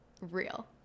Real